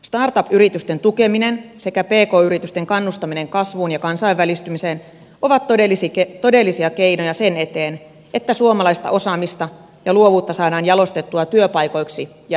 startup yritysten tukeminen sekä pk yritysten kannustaminen kasvuun ja kansainvälistymiseen ovat todellisia keinoja sen eteen että suomalaista osaamista ja luovuutta saadaan jalostettua työpaikoiksi ja euroiksi